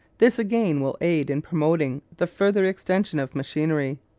this again will aid in promoting the further extension of machinery.